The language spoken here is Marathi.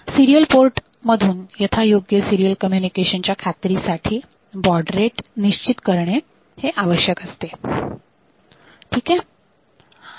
सिरीयल पोर्ट मधून यथायोग्य सिरीयल कम्युनिकेशन च्या खात्रीसाठी बॉड रेट निश्चित करणे आवश्यक असते